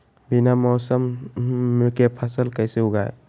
बिना मौसम के फसल कैसे उगाएं?